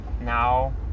now